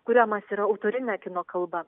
kuriamas yra autorine kino kalba